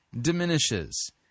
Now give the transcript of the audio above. diminishes